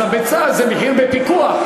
אז הביצה זה מחיר בפיקוח.